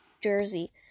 jersey